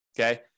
Okay